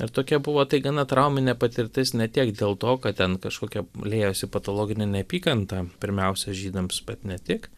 ir tokia buvo tai gana trauminė patirtis ne tiek dėl to kad ten kažkokia liejosi patologinė neapykanta pirmiausia žydams bet ne tik